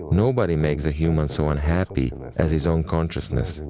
nobody makes a human so unhappy as his own consciousness,